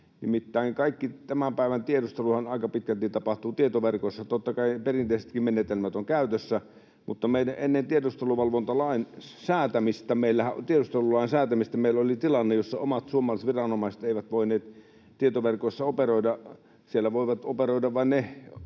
nimittäin kaikki tämän päivän tiedusteluhan aika pitkälti tapahtuu tietoverkoissa. Totta kai perinteisestikin menetelmät ovat käytössä, mutta ennen tiedustelulain säätämistä meillä oli tilanne, jossa omat suomalaiset viranomaiset eivät voineet tietoverkoissa operoida. Siellä voivat operoida vain